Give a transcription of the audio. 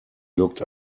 looked